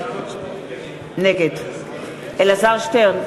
נגד אלעזר שטרן,